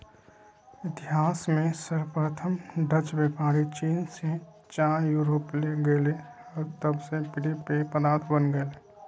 इतिहास में सर्वप्रथम डचव्यापारीचीन से चाययूरोपले गेले हल तब से प्रिय पेय पदार्थ बन गेलय